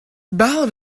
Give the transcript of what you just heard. ballad